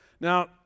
Now